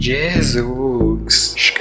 Jesus